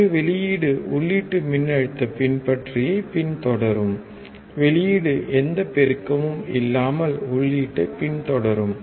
எனவே வெளியீடு உள்ளீட்டு மின்னழுத்த பின்பற்றியை பின்தொடரும் வெளியீடு எந்த பெருக்கமும் இல்லாமல் உள்ளீட்டைப் பின்தொடரும்